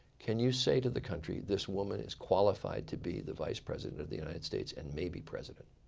can you say to the country this woman is qualified to be the vice president of the united states and maybe president?